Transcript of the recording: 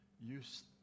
use